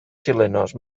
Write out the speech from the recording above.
chilenos